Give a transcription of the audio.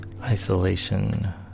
isolation